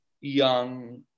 young